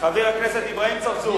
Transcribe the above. חבר הכנסת אברהים צרצור.